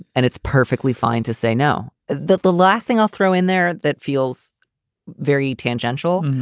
and it's perfectly fine to say now that the last thing i'll throw in there that feels very tangential.